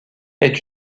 est